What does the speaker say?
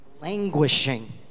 languishing